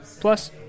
Plus